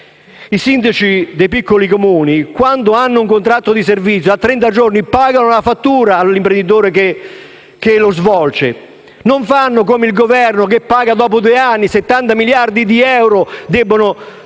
I sindaci dei piccoli Comuni quando hanno un contratto di servizio a trenta giorni pagano la fattura all'imprenditore che lo svolge; non fanno come il Governo che paga dopo due anni (la pubblica